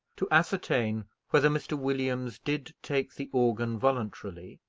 to ascertain whether mr. williams did take the organ voluntarily,